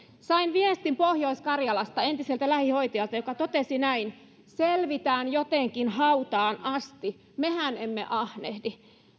sain viestin pohjois karjalasta entiseltä lähihoitajalta joka totesi näin selvitään jotenkin hautaan asti mehän emme ahnehdi